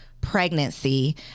pregnancy